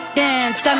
dance